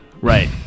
Right